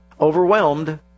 overwhelmed